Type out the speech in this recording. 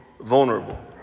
vulnerable